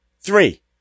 Three